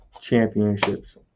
championships